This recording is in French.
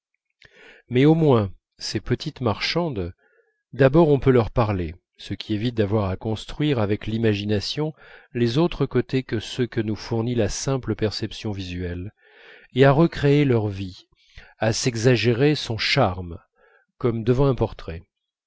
mais au moins ces petites marchandes d'abord on peut leur parler ce qui évite d'avoir à construire avec l'imagination les autres côtés que ceux que nous fournit la simple perception visuelle et à recréer leur vie à s'exagérer son charme comme devant un portrait